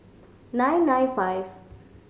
nine nine five